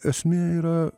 esmė yra